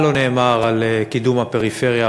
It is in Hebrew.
מה לא נאמר על קידום הפריפריה,